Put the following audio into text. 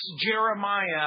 Jeremiah